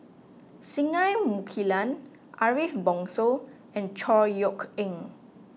Singai Mukilan Ariff Bongso and Chor Yeok Eng